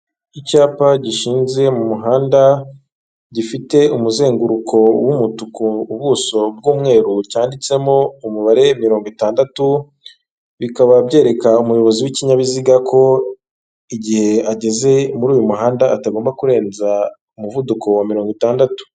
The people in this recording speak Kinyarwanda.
Icyapa gishinze mu muhanda gifite umuzenguruko w'umutuku ubuso bw'umweru cyanditsemo umubare mirongo itandatu, bikaba byerekana umuyobozi w'ikinyabiziga ko igihe ageze muri uyu muhanda atagomba kurenza umuvuduko wa mirongo itandatu.